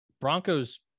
Broncos